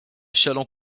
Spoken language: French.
chalands